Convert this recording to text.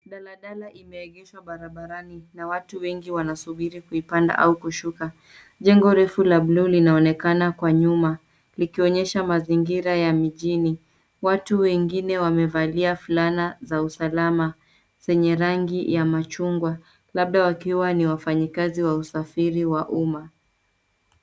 Daladala imeegeshwa barabarani na watu wengi wanasubiri kuipanda au kushuka. Jengo refu la bluu linaonekana kwa nyuma likionyesha mazingira ya mijini. Watu wengine wamevalia fulana na usalama zenye rangi ya machungwa labda wakiwa ni wafanyikazi wa usafiri wa umma.